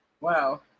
Wow